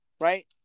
Right